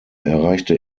erreichte